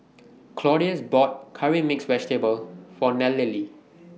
Claudius bought Curry Mixed Vegetable For Nallely